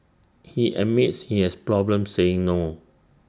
he admits he has problems saying no